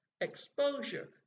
exposure